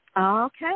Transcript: Okay